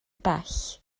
bell